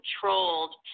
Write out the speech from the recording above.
controlled